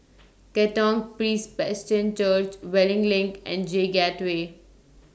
Katong Church Wellington LINK and J Gateway